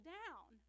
down